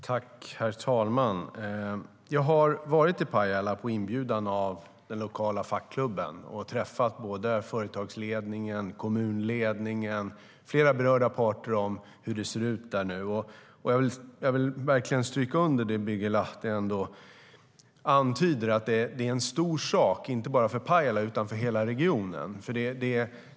Herr talman! Jag har varit i Pajala på inbjudan av den lokala fackklubben och talat med företagsledningen, kommunledningen och flera berörda parter om hur det ser ut där nu. Jag vill verkligen stryka under det Birger Lahti sade om att det är en stor sak, inte bara för Pajala utan för hela regionen.